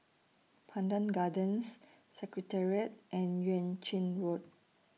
Pandan Gardens Secretariat and Yuan Ching Road